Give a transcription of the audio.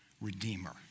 redeemer